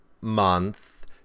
month